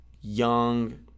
young